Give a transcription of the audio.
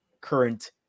current